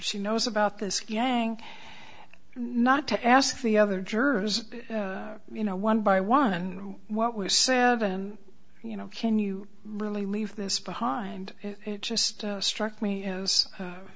she knows about this yang not to ask the other jurors you know one by one what was said and you know can you really leave this behind just struck me as